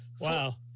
Wow